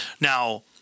Now